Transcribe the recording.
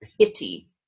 pity